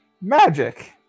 Magic